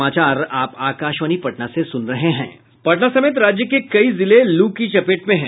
पटना समेत राज्य के कई जिले लू की चपेट में है